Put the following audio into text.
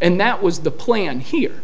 and that was the plan here